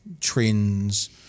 trends